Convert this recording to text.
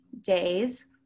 days